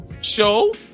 show